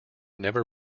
never